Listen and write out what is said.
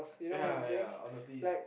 ya ya honestly